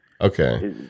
Okay